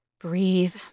Breathe